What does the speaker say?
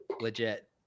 Legit